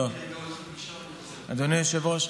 אדוני היושב-ראש,